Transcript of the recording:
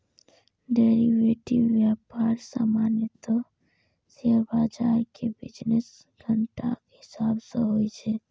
derivative व्यापार सामान्यतः share बाजार के बिजनेस घंटाक हिसाब सं होइ छै